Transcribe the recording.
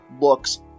looks